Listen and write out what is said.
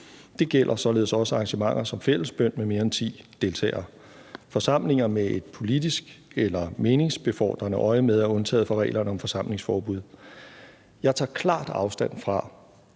Det gælder således også arrangementer som fællesbøn med mere end ti deltagere. Forsamlinger med et politisk eller meningsbefordrende øjemed er undtaget fra reglerne om forsamlingsforbud. Jeg tager klart afstand fra